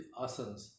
asanas